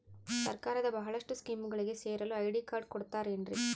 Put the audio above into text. ಸರ್ಕಾರದ ಬಹಳಷ್ಟು ಸ್ಕೇಮುಗಳಿಗೆ ಸೇರಲು ಐ.ಡಿ ಕಾರ್ಡ್ ಕೊಡುತ್ತಾರೇನ್ರಿ?